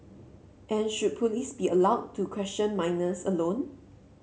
and should police be allowed to question minors alone